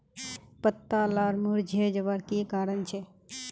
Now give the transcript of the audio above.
पत्ता लार मुरझे जवार की कारण छे?